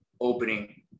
opening